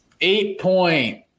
eight-point